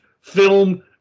film